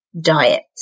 diet